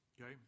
Okay